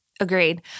Agreed